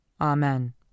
Amen